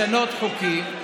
לשנות חוקים,